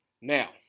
Now